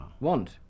want